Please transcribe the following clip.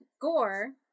gore